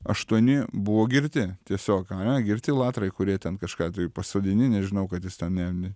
aštuoni buvo girti tiesiog ar ne girti latrai kurie ten kažką pasodini nežinau kad jis ten ne ne